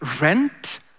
rent